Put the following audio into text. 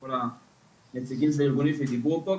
ומכל הנציגים של הארגונים שביקרו פה,